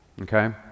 Okay